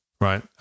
right